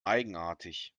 eigenartig